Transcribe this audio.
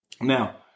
Now